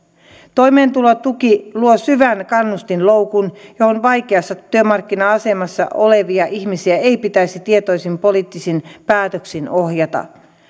toimeentulotuki luo syvän kannustinloukun johon vaikeassa työmarkkina asemassa olevia ihmisiä ei pitäisi tietoisin poliittisin päätöksin ohjata